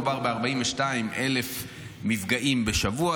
מדובר ב-42,000 מפגעים בשבוע.